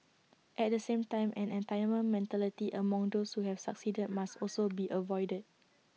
at the same time an entitlement mentality among those who have succeeded must also be avoided